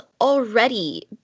already